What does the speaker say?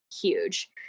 huge